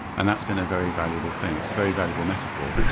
and that's been a very valuable thing. it's a very valuable metaphor.